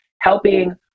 helping